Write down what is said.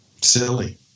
silly